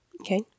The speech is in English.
Okay